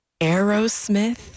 Aerosmith